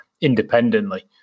independently